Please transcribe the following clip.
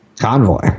Convoy